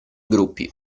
gruppi